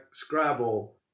Scrabble